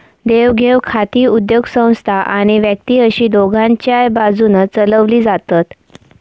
देवघेव खाती उद्योगसंस्था आणि व्यक्ती अशी दोघांच्याय बाजून चलवली जातत